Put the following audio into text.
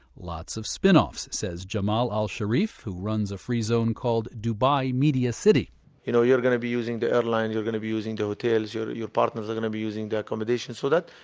lots of spinoffs, says jamal al sharif, who runs a free zone called dubai media city you know, you're gonna be using the airlines, you're gonna be using the hotels, your your partners are gonna be using the accommodations. so that,